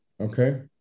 okay